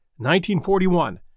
1941